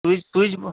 switch switch বো